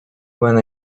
when